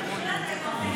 כן.